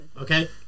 Okay